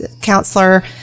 counselor